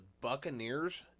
Buccaneers